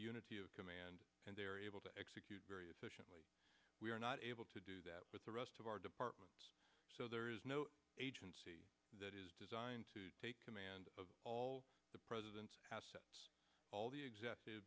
unity of command and they're able to execute very efficiently we are not able to do that with the rest of our department no agency that is designed to take command of all the president's house all the executive